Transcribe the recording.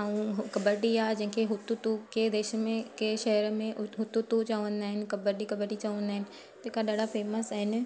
ऐं कबडी आहे जंहिंखे हुत तू कंहिं देश में कंहिं शहर में हूत तू चवंदा आहिनि कबडी कबडी चवंदा आहिनि जेका ॾाढा फैम्स आहिनि